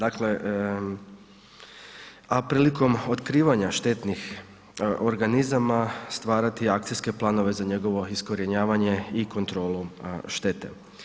A prilikom otkrivanja štetnih organizama stvarati akcijske planove za njegovo iskorjenjivanje i kontrolu štete.